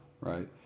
right